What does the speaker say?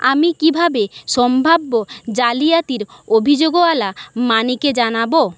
আমি কীভাবে সম্ভাব্য জালিয়াতির অভিযোগওয়ালা মানিকে জানাবো